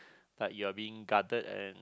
but you are being guarded and